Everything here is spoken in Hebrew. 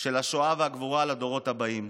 של השואה והגבורה לדורות הבאים,